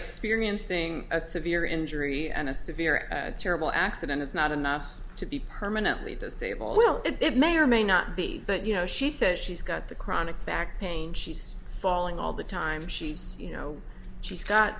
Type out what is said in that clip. experiencing a severe injury and a severe and terrible accident is not enough to be permanently disabled well it may or may not be but you know she says she's got the chronic back pain she's salling all the time she's you know she's got